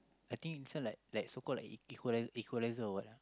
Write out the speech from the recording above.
I think this one like like so call like equal equaliser or what ah